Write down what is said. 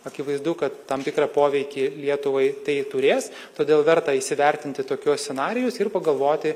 akivaizdu kad tam tikrą poveikį lietuvai tai turės todėl verta įsivertinti tokius scenarijus ir pagalvoti